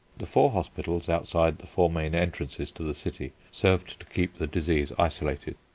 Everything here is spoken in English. the four hospitals outside the four main entrances to the city served to keep the disease isolated.